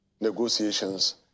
negotiations